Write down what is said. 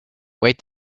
wait